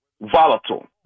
volatile